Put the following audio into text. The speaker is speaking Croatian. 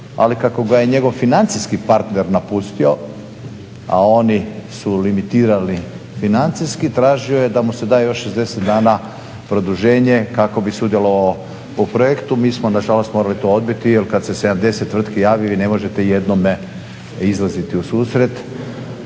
ali kako ga je njegov financijski partner napustio, a oni su limitirali financijski, tražio je da mu se da još 60 dana produženje kako bi sudjelovao u projektu. Mi smo nažalost morali to odbiti jer kad se 70 tvrtki javi vi ne možete jednome izlaziti u susret